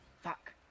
Fuck